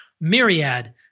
myriad